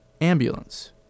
Ambulance